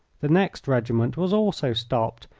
the next regiment was also stopped,